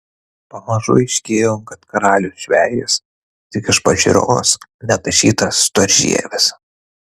pamažu aiškėjo kad karalius žvejas tik iš pažiūros netašytas storžievis